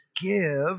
give